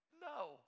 No